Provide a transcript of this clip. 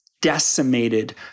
decimated